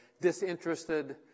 disinterested